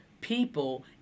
people